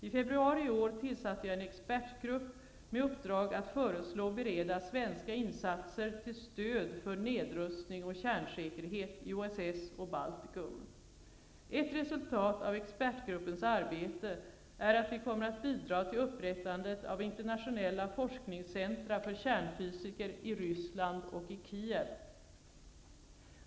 I februari i år tillsatte jag en expertgrupp med uppdrag att föreslå och bereda svenska insatser till stöd för nedrustning och kärnsäkehet i OSS och Baltikum. Ett resultat av expertgruppens arbete är att vi kommer att bidra till upprättandet av internationella forskningscentra för kärnfysiker i Ryssland och Kiev.